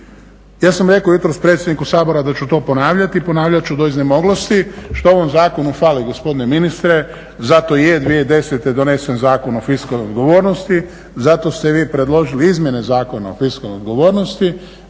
ja sam rekao jutros predsjedniku Sabora da ću to ponavljati i ponavljati ću do iznemoglosti što ovom zakonu fali, gospodine ministre, zato i je 2010. donesen Zakon o fiskalnoj odgovornosti, zato ste i vi predložili izmjene Zakona o fiskalnoj odgovornosti